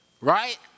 right